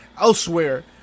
elsewhere